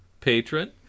patron